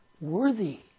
worthy